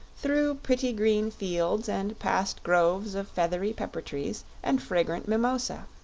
through pretty green fields and past groves of feathery pepper-trees and fragrant mimosa.